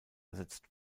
ersetzt